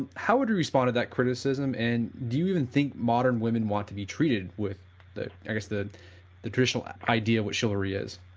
and how would you respond to that criticism, and do you even think modern women want to be treated with i guess the the traditional idea what chivalry is?